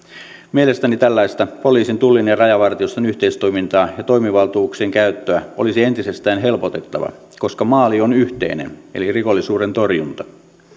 mielestäni tällaista poliisin tullin ja rajavartioston yhteistoimintaa ja toimivaltuuksien käyttöä olisi entisestään helpotettava koska maali on yhteinen eli rikollisuuden torjunta